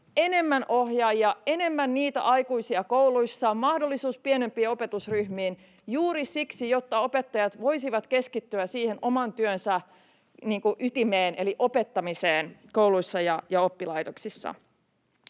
enemmän ohjaajia, enemmän niitä aikuisia kouluissa, ja mahdollisuus pienempiin opetusryh-miin juuri siksi, jotta opettajat voisivat keskittyä siihen oman työnsä ytimeen eli opettamiseen kouluissa ja oppilaitoksissa.